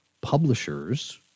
publishers